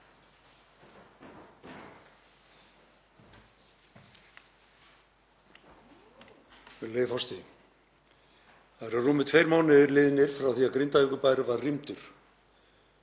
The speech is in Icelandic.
Það eru rúmir tveir mánuðir liðnir frá því að Grindavíkurbær var rýmdur,